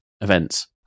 events